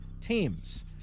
teams